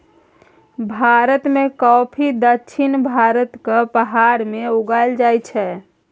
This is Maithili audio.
भारत मे कॉफी दक्षिण भारतक पहाड़ी मे उगाएल जाइ छै